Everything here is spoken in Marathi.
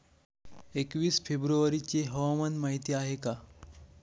एकवीस फेब्रुवारीची हवामान माहिती आहे का?